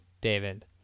David